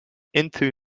into